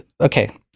Okay